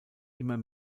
immer